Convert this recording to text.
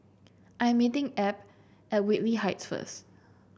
I am meeting Abb at Whitley Heights first